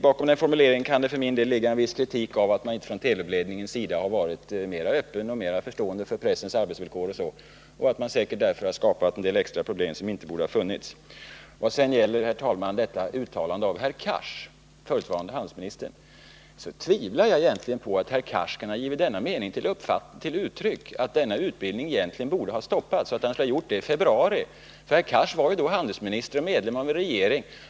Bakom den formuleringen kan det finnas en viss kritik från min sida av att Telubledningen inte har varit mera öppen och mera förstående för t.ex. pressens arbetsvillkor, varför det säkert har skapats en del extra problem som inte borde ha funnits. Vad sedan, herr talman, gäller den förutvarande handelsministern Hadar Cars uttalande vill jag säga att jag faktiskt tvivlar på att Hadar Cars i februari förra året uttryckte åsikten att den här utbildningen egentligen borde ha stoppats. Hadar Cars var ju då handelsminister och alltså ledamot av regeringen.